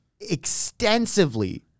extensively